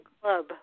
club